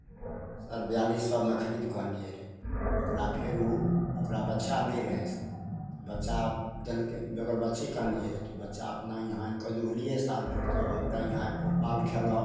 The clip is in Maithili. बयालीस सएमे खरीद कऽ अनलियै रऽ ओकरा फेर उ ओकरा बच्चा नहि रहय बच्चा देलकै बेगर बच्चेके अनलियै रऽ तऽ बच्चा अपना इहाँ आनि कऽ जोहलियै साल भरि तब हमरा इहाँ एगो पाल खयलक